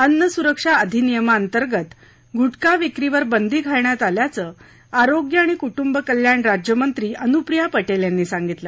अन्न सुरक्षा अधिनियमाअंतर्गत गुटखा विक्रीवर बंदी घालण्यात आल्याचं आरोग्य आणि कूटुंब कल्याण राज्यमंत्री अनुप्रिया पटेल यांनी सांगितलं